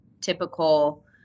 typical